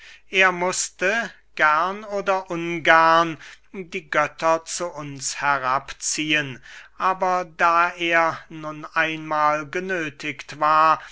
er mußte gern oder ungern die götter zu uns herabziehen aber da er nun einmahl genöthigt war